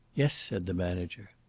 yes, said the manager.